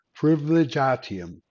privilegiatium